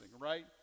right